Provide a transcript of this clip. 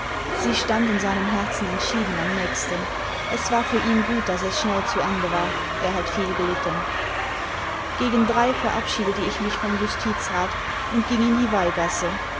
sie standen seinem herzen entschieden am nächsten es war für ihn gut daß es schnell zu ende war er hat viel gelitten gegen drei verabschiedete ich nüch vom justizrat imd ging in die